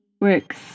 works